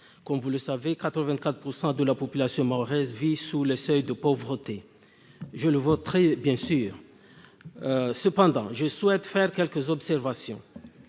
Comme vous le savez, 84 % de la population mahoraise vit sous le seuil de pauvreté. Je voterai bien sûr cet article, mais je souhaite faire quelques observations.